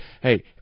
hey